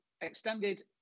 extended